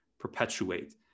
perpetuate